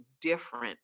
different